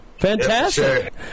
Fantastic